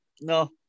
No